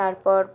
তারপর